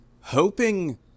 Hoping